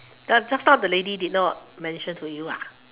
just now the lady did not mention to you ah